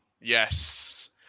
Yes